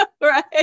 right